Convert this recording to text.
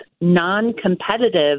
non-competitive